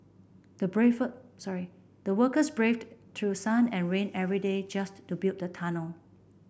the braved sorry the workers braved through sun and rain every day just to build the tunnel